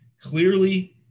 clearly